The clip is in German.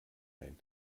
ein